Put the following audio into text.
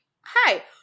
Hi